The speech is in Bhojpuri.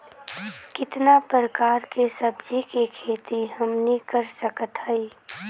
कितना प्रकार के सब्जी के खेती हमनी कर सकत हई?